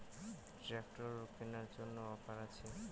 Tractor কেনার জন্য offer আছে?